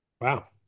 Wow